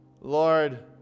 Lord